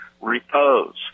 repose